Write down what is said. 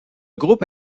groupe